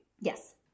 Yes